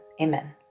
amen